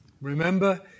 Remember